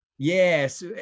Yes